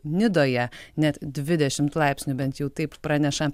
nidoje net dvidešimt laipsnių bent jau taip praneša